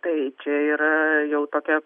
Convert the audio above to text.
tai čia yra jau tokia